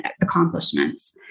accomplishments